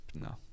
No